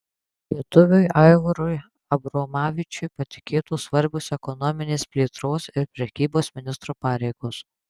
lietuviui aivarui abromavičiui patikėtos svarbios ekonominės plėtros ir prekybos ministro pareigos